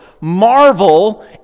marvel